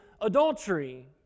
adultery